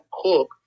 cook